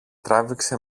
τράβηξε